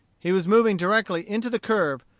he was moving directly into the curve,